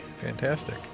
Fantastic